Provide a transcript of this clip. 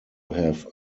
have